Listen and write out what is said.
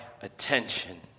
attention